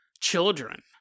children